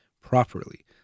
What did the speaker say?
properly